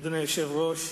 אדוני היושב-ראש,